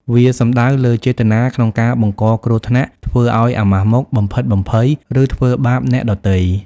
វាសំដៅលើចេតនាក្នុងការបង្កគ្រោះថ្នាក់ ធ្វើឲ្យអាម៉ាស់មុខ បំភិតបំភ័យ ឬធ្វើបាបអ្នកដទៃ។